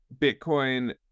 Bitcoin